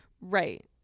Right